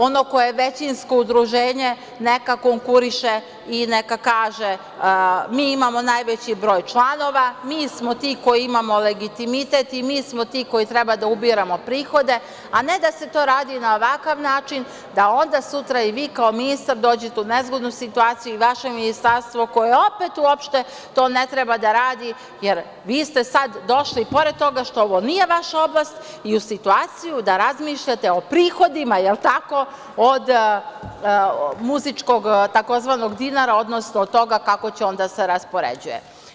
Ono koje je većinsko udruženje neka konkuriše i neka kaže - mi imamo najveći broj članova, mi smo ti koji imamo legitimitet i mi smo ti koji treba da ubiramo prihode, a ne da se to radi na ovakav način, da onda sutra i vi kao ministar dođete u nezgodnu situaciju i vaše ministarstvo koje opet uopšte to ne treba da radi, jer vi ste sad došli i, pored toga što ovo nije vaša oblast, u situaciju da razmišljate o prihodima, jel tako, od muzičkog, tzv. dinara, odnosno od toga kako će on da se raspoređuje.